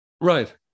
Right